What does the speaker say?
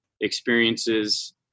experiences